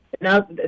Now